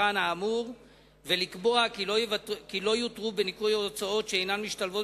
המבחן האמור ולקבוע כי לא יותרו בניכוי הוצאות שאינן משתלבות